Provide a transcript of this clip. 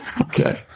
Okay